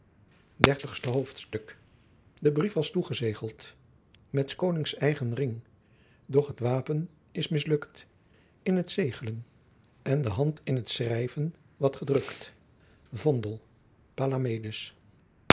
dertigste hoofdstuk de brief was toegezegelt met s konings eigen ringh doch t wapen is misluckt in t zeeglen en de hant in t schrijven wat gedruckt